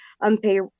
unpaid